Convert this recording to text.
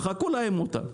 מחקו להם אותה.